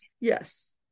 yes